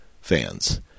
fans